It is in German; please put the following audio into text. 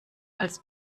als